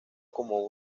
como